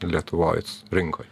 lietuvoj rinkoj